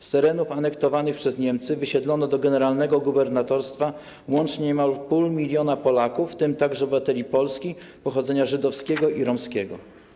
Z terenów anektowanych przez Niemcy wysiedlono do Generalnego Gubernatorstwa łącznie niemal pół miliona Polaków, w tym także obywateli Polski pochodzenia żydowskiego i romskiego.